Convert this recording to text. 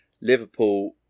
Liverpool